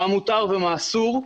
מה מותר ומה אסור,